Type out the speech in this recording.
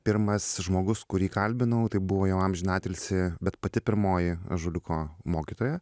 pirmas žmogus kurį kalbinau tai buvo jau amžiną atilsį bet pati pirmoji ąžuoliuko mokytoja